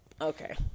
okay